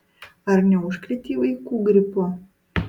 ar neužkrėtei vaikų gripu